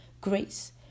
grace